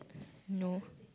no